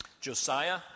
Josiah